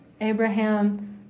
Abraham